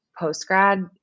post-grad